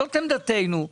זאת עמדתנו.